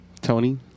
Tony